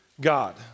God